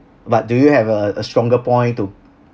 but do you have a a stronger point to